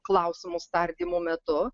klausimus tardymų metu